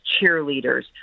cheerleaders